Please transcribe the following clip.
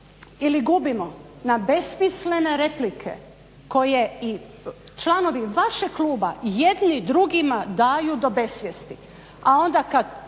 ili gubimo na besmislene replike koje i članovi vašeg kluba jedni drugima daju do besvijesti.